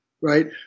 right